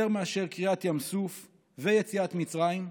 יותר מאשר קריעת ים סוף ויציאת מצרים,